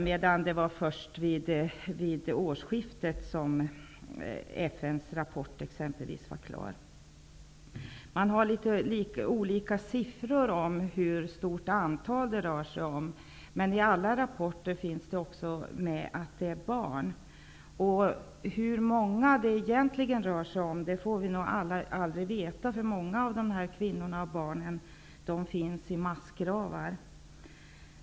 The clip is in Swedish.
Men det var först vid årsskiftet som FN:s rapport blev klar. Det finns olika siffror om hur många våldtäkter det rör sig om. Men i alla rapporter nämns att också barn drabbas. Vi får nog aldrig veta hur många det egentligen rör sig om. Många av kvinnorna och barnen finns i massgravar.